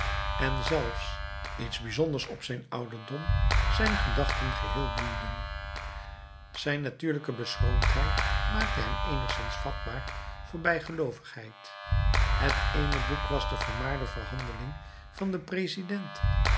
en zelfs iets bijzonders op zijn ouderdom zijn gedachten geheel boeiden zijn natuurlijke beschroomdheid maakte hem eenigszins vatbaar voor bijgeloovigheid het eene boek was de vermaarde verhandeling van den president